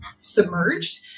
submerged